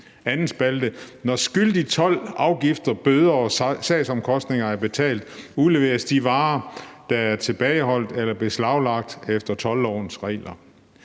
spalte: »Når skyldig told, afgifter, bøde og sagsomkostninger er betalt, udleveres de varer, der er tilbageholdt eller beslaglagt efter toldlovens regler.«